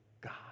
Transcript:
god